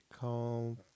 call